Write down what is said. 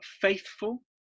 faithful